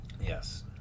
Yes